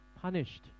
punished